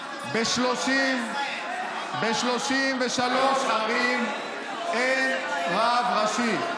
ב-33 ערים אין רב ראשי.